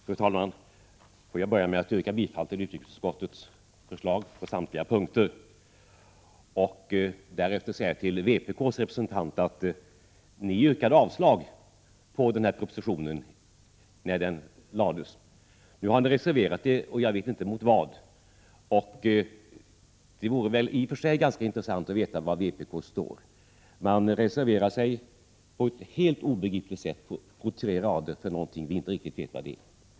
Fru talman! Får jag börja med att yrka bifall till utrikesutskottets förslag på samtliga punkter. Därefter vill jag säga till vpk:s representant att ni yrkade avslag på den här propositionen när den lades fram. Nu har ni reserverat er, och jag vet inte mot vad. Det vore i och för sig ganska intressant att få veta var vpk står. Man har reserverat sig på ett helt obegripligt sätt på tre rader mot någonting som vi inte riktigt vet vad det är.